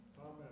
Amen